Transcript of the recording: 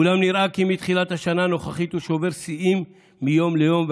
אולם נראה כי מתחילת השנה הנוכחית הוא שובר שיאים מיום ליום.